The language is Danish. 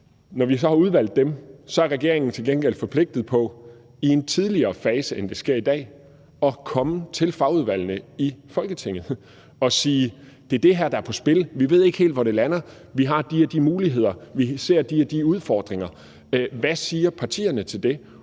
Når vi så har udvalgt dem, er regeringen til gengæld forpligtet på i en tidligere fase, end det sker i dag, at komme til fagudvalgene i Folketinget og sige: Det er det her, der er på spil, vi ved ikke helt, hvor det lander, vi har de og de muligheder, vi ser de og de udfordringer, og hvad siger partierne til det?